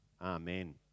Amen